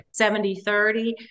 70-30